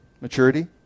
maturity